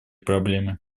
проблемы